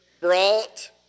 brought